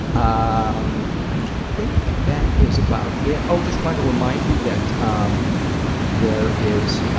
um i think that is about it. oh, just wanted to remind you that um there is